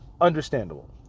Understandable